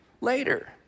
later